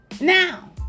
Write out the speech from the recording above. Now